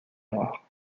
noir